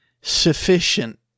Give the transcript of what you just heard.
sufficient